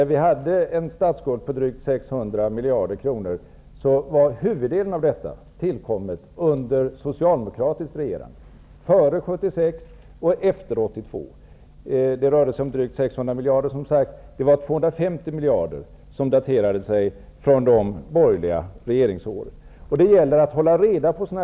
Huvuddelen av statsskulden på drygt 600 miljarder kronor tillkom under socialdemokratiskt regerande före 1976 och efter 1982. Endast 250 miljarder kronor härrör från de borgerliga regeringsåren. Det gäller att hålla reda på fakta.